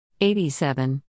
87